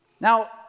Now